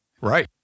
Right